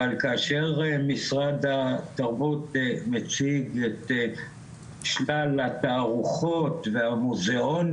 אבל כאשר משרד התרבות מציג את שלל התערוכות והמוזיאונים